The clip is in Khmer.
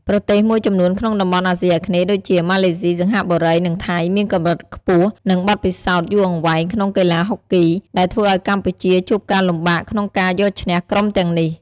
ប្រទេសមួយចំនួនក្នុងតំបន់អាស៊ីអាគ្នេយ៍ដូចជា ម៉ាឡេស៊ី សិង្ហបុរី និងថៃ មានកម្រិតខ្ពស់ និងបទពិសោធន៍យូរអង្វែងក្នុងកីឡាហុកគី ដែលធ្វើឲ្យកម្ពុជាជួបការលំបាកក្នុងការយកឈ្នះក្រុមទាំងនេះ។